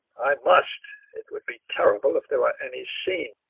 i must. it would be terrible if there were any scene.